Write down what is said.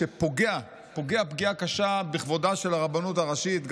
שפוגע פגיעה קשה בכבודה של הרבנות הראשית.